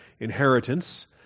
inheritance